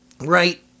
right